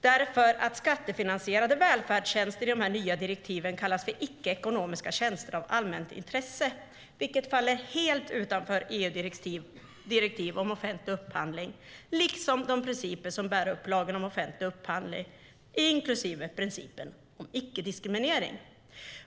Därför är skattefinansierade välfärdstjänster vad EU kallar "icke-ekonomiska tjänster av allmänt intresse" vilka faller helt utanför EU:s direktiv om offentlig upphandling liksom de principer som bär upp lagen om offentlig upphandling, inklusive principen om icke-diskriminering.